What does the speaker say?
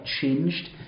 changed